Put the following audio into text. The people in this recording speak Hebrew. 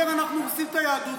אומר שאנחנו הורסים את היהדות,